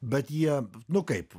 bet jie nu kaip